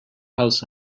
house